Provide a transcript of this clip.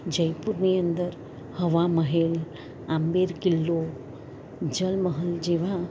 જયપુરની અંદર હવામહેલ આંબેર કિલ્લો જલમહલ જેવાં